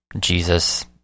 Jesus